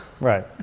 Right